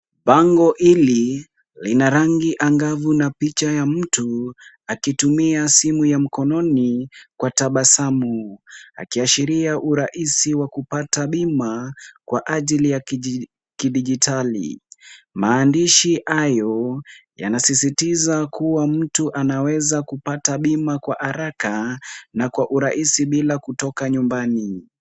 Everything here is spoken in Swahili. Bango hili lina rangi angavu na picha ya mtu akitumia simu ya mkononi kwa tabasamu akiashiria urahisi wa kupata bima kwa ajili ya kijiditali. Maandishi hayo yanasisitiza kuwa mtu anaweza kupata bima kwa haraka na kwa urahisi bila kutoka nyumbani.